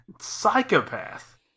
Psychopath